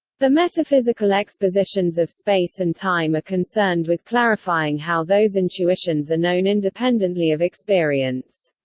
the metaphysical expositions of space and time are concerned with clarifying how those intuitions are known independently of experience.